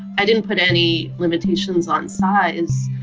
i didn't put any limitations on size,